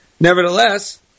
Nevertheless